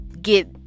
get